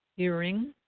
Hearing